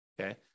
Okay